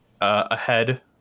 ahead